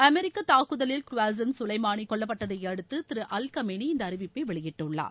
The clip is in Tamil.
அமெரிக்க தூக்குதலில் குவாசிங் சுலைமாணி கொல்லப்பட்டதையடுத்து திரு அல் கமேனி இந்த அறிவிப்பை வெளியிட்டுள்ளார்